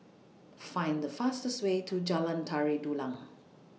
Find The fastest Way to Jalan Tari Dulang